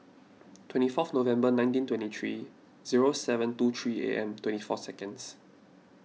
twenty fourth November nineteen twenty three zero seven two three A M twenty four seconds